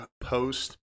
post